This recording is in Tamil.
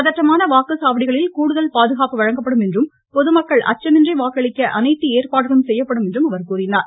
பதற்றமான வாக்குச்சாவடிகளில் கூடுதல் பாதுகாப்பு வழங்கப்படும் என்றும் பொதுமக்கள் அச்சமின்றி வாக்களிக்க அனைத்து ஏற்பாடுகளும் செய்யப்படும் என அவர் கூறினார்